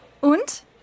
Und